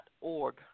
org